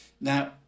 Now